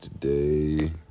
today